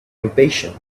impatient